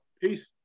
Peace